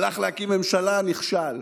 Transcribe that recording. הלך להקים ממשלה, נכשל.